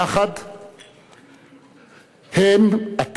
יחד הם, אתם,